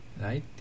Right